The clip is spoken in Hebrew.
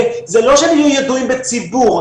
זה לא שהם יהיו ידועים בציבור,